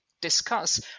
discuss